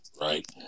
right